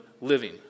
living